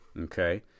Okay